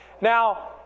Now